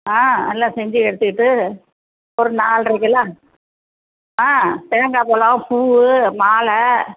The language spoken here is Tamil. ஆ எல்லாம் செஞ்சு எடுத்துக்கிட்டு ஒரு நால்ரைக்கெல்லாம் ஆ தேங்காய் பழம் பூ மாலை